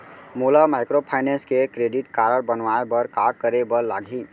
मोला माइक्रोफाइनेंस के credit card बनवाए बर का करे बर लागही?